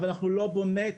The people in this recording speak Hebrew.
אבל, אנחנו לא באמת